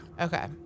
Okay